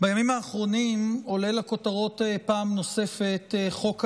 בימים האחרונים עולה לכותרות פעם נוספת חוק הלאום.